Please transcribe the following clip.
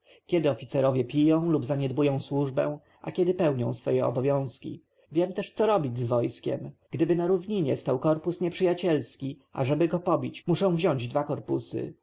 którzy oficerowie piją lub zaniedbują służbę a którzy pełnią swoje obowiązki wiem też co robić z wojskiem gdyby na równinie stał korpus nieprzyjacielski ażeby go pobić muszę wziąć dwa korpusy